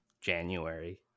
january